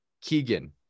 Keegan